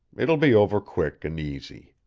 it'll be over quick, an' easy.